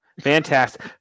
Fantastic